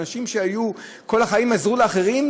אנשים שכל החיים עזרו לאחרים,